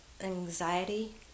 anxiety